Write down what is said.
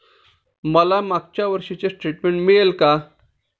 मला मागच्या वर्षीचे स्टेटमेंट मिळेल का?